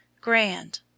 Grand